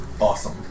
Awesome